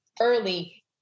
early